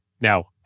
now